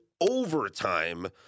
overtime